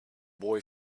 boy